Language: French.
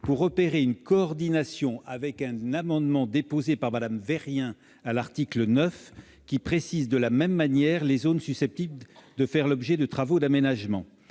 pour opérer une coordination avec l'amendement déposé par Mme Vérien à l'article 9, qui tend à préciser de la même manière les zones susceptibles de faire l'objet de travaux d'aménagement.